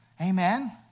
Amen